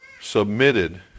submitted